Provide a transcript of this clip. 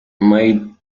made